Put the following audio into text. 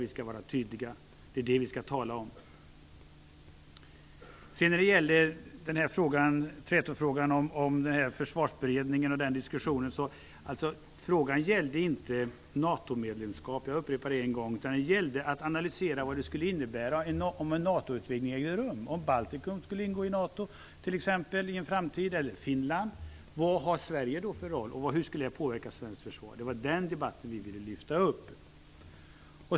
Vi skall vara tydliga på den punkten, och det är det som vi skall tala om. Vad sedan beträffar trätofrågan om Försvarsberedningen vill jag än en gång upprepa att diskussionen inte gällde NATO-medlemskap utan att analysera vad det skulle innebära om en NATO-utvidgning ägde rum. Vilken roll skulle Sverige ha, om t.ex. Baltikum eller Finland i en framtid skulle ingå i NATO, och hur skulle det påverka svenskt försvar? Det var den debatten som vi ville lyfta upp.